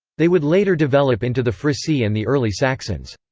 they would later develop into the frisii and the early saxons.